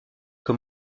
que